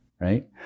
right